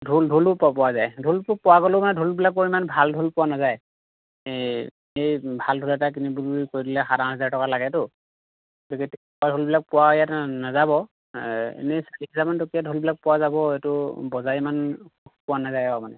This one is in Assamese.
ঢোল ঢোলো পো পোৱা যায় ঢোলটো পোৱা গ'লেও মানে ঢোলবিলকৰ ইমান ভাল ঢোল পোৱা নাযায় এই এই ভাল ঢোল এটা কিনিম বুলি কৈ দিলে সাত আঠ হাজাৰ টকা লাগেতো ভাল ঢোলবিলাক ইয়াত পোৱা নাযাব এনেই তিনি হজাৰ মান টকীয়া ঢোলবিলাক পোৱা যাব এইটো বজাই ইমান সুখ পোৱা নাযায় আৰু মানে